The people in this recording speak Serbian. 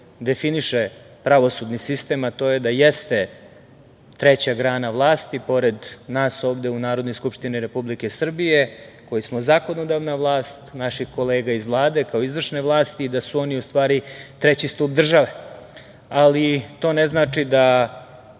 definiše pravosudni sistem, a to je da jeste treća grana vlasti, pored nas ovde u Narodnoj skupštini Republike Srbije, koji smo zakonodavna vlast, naših kolega iz Vlade kao izvršne vlasti i da su oni u stvari treći stub države. Ali, to ne znači da